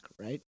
right